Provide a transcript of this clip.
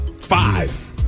five